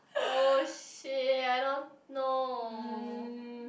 oh !shit! I don't know